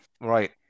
right